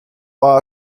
why